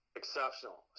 exceptional